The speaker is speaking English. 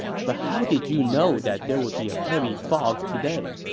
but how did you know that there would be a heavy fog today?